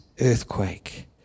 earthquake